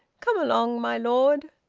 come along, my lord.